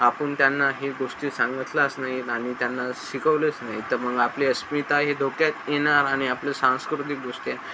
आपण त्यांना हे गोष्टी सांगितल्याच नाही आणि त्यांना शिकवलंच नाही तर मग आपली अस्मिताही धोक्यात येणार आणि आपलं सांस्कृतिकदृृष्ट्या